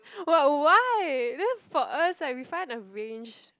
what why then for us right we find a range